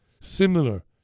similar